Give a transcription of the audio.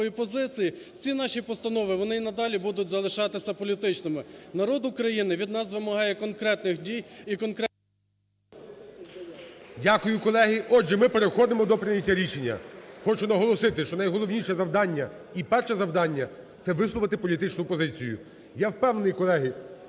Дякую, колеги. Отже, ми переходимо до прийняття рішення. хочу наголосити, що найголовніше завдання і перше завдання – це висловити політичну позицію. Я впевнений, колеги,